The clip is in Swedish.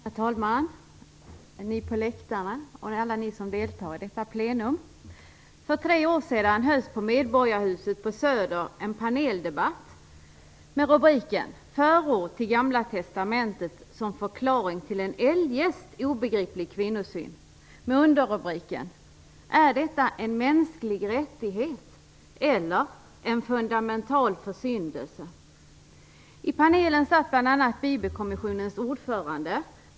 Herr talman! Ni på läktarna och alla ni som deltar i detta plenum! För tre år sedan hölls på Medborgarhuset på Söder en paneldebatt med rubriken "Förord till Gamla testamentet som förklaring till en eljest obegriplig kvinnosyn" och med underrubriken "Är detta en mänsklig rättighet eller en fundamental försyndelse?"